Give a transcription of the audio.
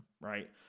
Right